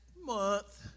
month